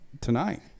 tonight